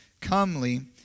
comely